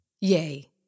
yay